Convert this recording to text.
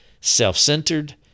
self-centered